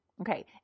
Okay